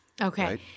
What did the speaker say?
Okay